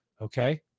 Okay